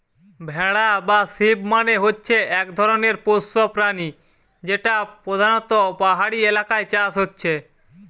ভেড়া বা শিপ মানে হচ্ছে এক ধরণের পোষ্য প্রাণী যেটা পোধানত পাহাড়ি এলাকায় চাষ হচ্ছে